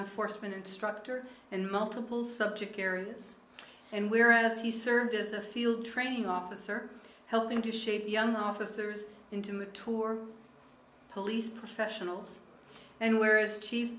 enforcement instructor and multiple subject areas and whereas he served as a field training officer helping to shape young officers into the tour police professionals and where is